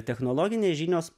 technologinės žinios